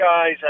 guys